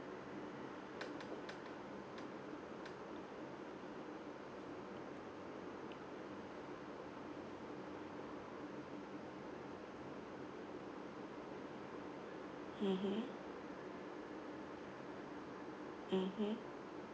mmhmm mmhmm